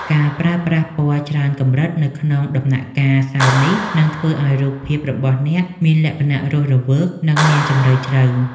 ការប្រើប្រាស់ពណ៌ច្រើនកម្រិតនៅក្នុងដំណាក់កាលសើមនេះនឹងធ្វើឱ្យរូបភាពរបស់អ្នកមានលក្ខណៈរស់រវើក និង មានជម្រៅជ្រៅ។